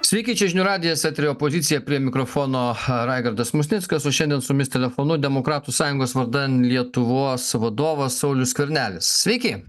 sveiki čia žinių radijas eteryje pozicija prie mikrofono raigardas musnickas o šiandien su jumis telefonu demokratų sąjungos vardan lietuvos vadovas saulius skvernelis sveiki